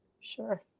sure